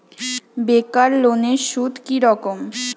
বেকার লোনের সুদ কি রকম?